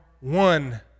one